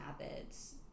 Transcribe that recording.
habits